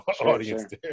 audience